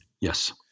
Yes